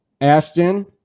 Ashton